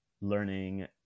learning